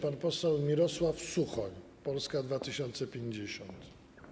Pan poseł Mirosław Suchoń, Polska 2050.